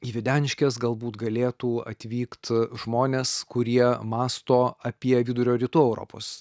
į videniškes galbūt galėtų atvykt žmonės kurie mąsto apie vidurio rytų europos